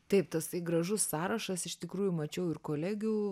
taip tasai gražus sąrašas iš tikrųjų mačiau ir kolegių